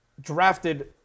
drafted